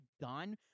done